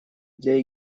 для